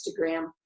Instagram